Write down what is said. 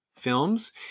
Films